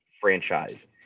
franchise